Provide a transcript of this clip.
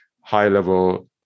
high-level